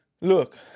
look